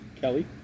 Kelly